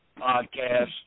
podcast